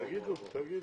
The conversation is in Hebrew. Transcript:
תגידו.